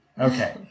Okay